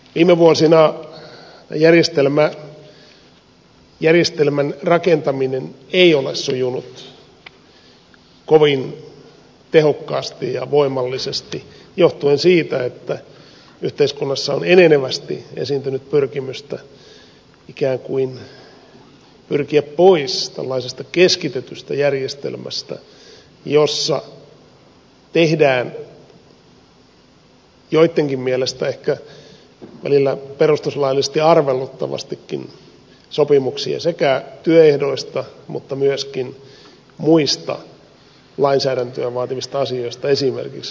viime vuosina järjestelmän rakentaminen ei ole sujunut kovin tehokkaasti ja voimallisesti johtuen siitä että yhteiskunnassa on enenevästi esiintynyt pyrkimystä ikään kuin pois tällaisesta keskitetystä järjestelmästä jossa tehdään joittenkin mielestä ehkä välillä perustuslaillisesti arveluttavastikin sopimuksia sekä työehdoista että myöskin muista lainsäädäntöä vaativista asioista esimerkiksi sosiaaliturvasta